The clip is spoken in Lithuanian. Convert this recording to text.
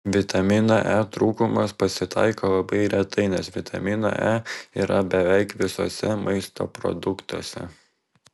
vitamino e trūkumas pasitaiko labai retai nes vitamino e yra beveik visuose maisto produktuose